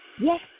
Yes